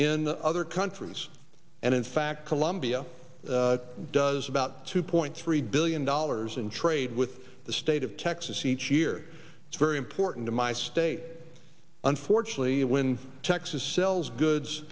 in other countries and in fact colombia does about two point three billion dollars in trade with the state of texas each year it's very important to my state unfortunately when texas sells goods